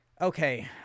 okay